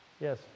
Yes